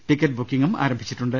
ticket ബുക്കിംഗും ആരംഭിച്ചിട്ടുണ്ട്